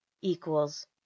equals